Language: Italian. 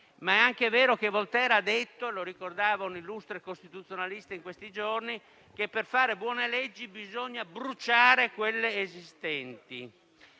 ma diceva anche - lo ricordava un illustre costituzionalista in questi giorni - che per fare buone leggi bisogna bruciare quelle esistenti.